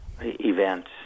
events